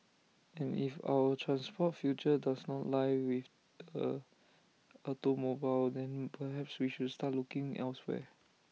and if our transport future does not lie with the automobile then perhaps we should start looking elsewhere